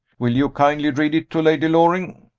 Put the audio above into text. will you kindly read it to lady loring?